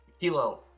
kilo